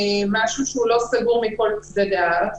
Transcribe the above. משהו שהוא לא סגור מכל צדדיו.